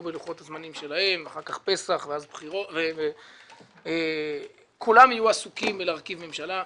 בלוחות הזמנים שלהם אחר כך פסח ואז כולם יהיו עסוקים בלהרכיב ממשלה.